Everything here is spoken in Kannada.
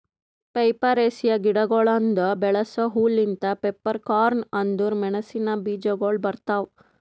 ಪೈಪರೇಸಿಯೆ ಗಿಡಗೊಳ್ದಾಂದು ಬೆಳಸ ಹೂ ಲಿಂತ್ ಪೆಪ್ಪರ್ಕಾರ್ನ್ ಅಂದುರ್ ಮೆಣಸಿನ ಬೀಜಗೊಳ್ ಬರ್ತಾವ್